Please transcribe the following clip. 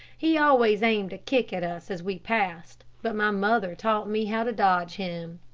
he always aimed a kick at us as we passed, but my mother taught me how to dodge him.